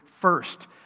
first